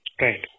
Right